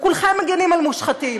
וכולכם מגינים על מושחתים.